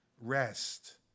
rest